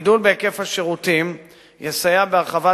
הגידול בהיקף השירותים יסייע בהרחבת